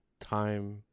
time